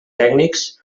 tècnics